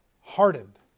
Hardened